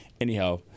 anyhow